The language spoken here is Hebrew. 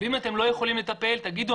ואם אתם לא יכולים לטפל תגידו,